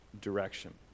direction